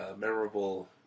memorable